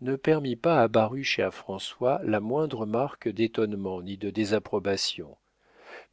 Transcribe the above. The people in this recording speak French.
ne permit pas à baruch et à françois la moindre marque d'étonnement ni de désapprobation